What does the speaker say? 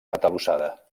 atalussada